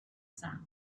sound